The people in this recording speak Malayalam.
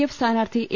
എഫ് സ്ഥാനാർത്ഥി എ